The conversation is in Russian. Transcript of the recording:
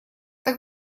так